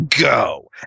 go